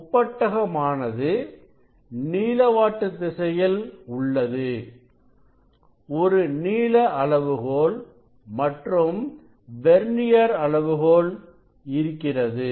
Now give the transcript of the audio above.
முப்பட்டகம் ஆனது நீளவாட்டு திசையில் உள்ளது ஒருநீள அளவுகோல் மற்றும் வெர்னியர் அளவுகோல் இருக்கிறது